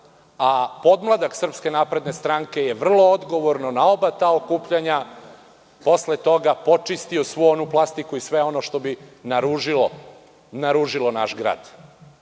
a podmladak SNS je vrlo odgovorno na oba ta okupljanja posle toga počistio svu onu plastiku i ono što bi naružilo naš grad,